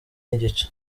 n’igice